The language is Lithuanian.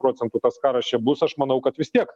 procentų tas karas čia bus aš manau kad vis tiek